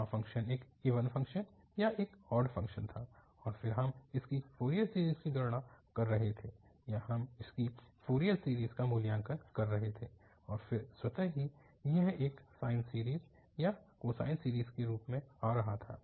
वहां फ़ंक्शन एक even function या एक ऑड फ़ंक्शन था और फिर हम इसकी फ़ोरियर सीरीज़ की गणना कर रहे थे या हम इसकी फ़ोरियर सीरीज़ का मूल्यांकन कर रहे थे और फिर स्वतः ही यह एक साइन सीरीज़ या कोसाइन सीरीज़ के रूप में आ रहा था